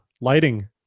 lighting